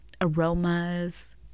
aromas